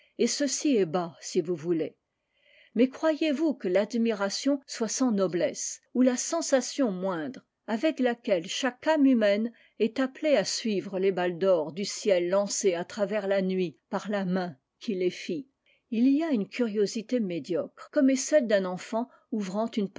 et ceci est bas si vous voulez mais croyez-vous que l'admiration soit sans noblesse ou la sensation moindre avec laquelle chaque âme humaine est appelée à suivre les balles d'or du ciel lancées à travers la nuit par la main qui les fit ii y a une curiosité médiocre comme est celle d'un enfant ouvrant une